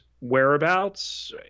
whereabouts